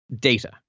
data